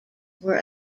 were